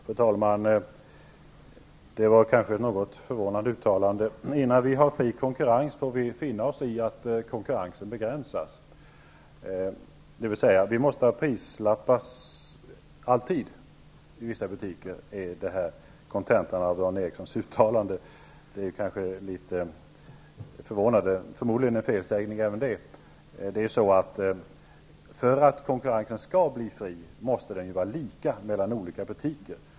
Fru talman! Det var kanske ett något förvånande uttalande. Innan vi har fri konkurrens får vi finna oss i att konkurrensen begränsas, dvs. vi måste alltid ha prislappar i vissa butiker. Det är kontentan av Dan Erikssons uttalande. Det är kanske litet förvånande. Förmodligen är det en felsägning även det. För att konkurrensen skall bli fri måste den vara lika för alla butiker.